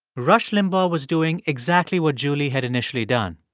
rush limbaugh was doing exactly what julie had initially done.